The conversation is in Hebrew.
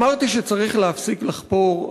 אמרתי שצריך להפסיק לחפור,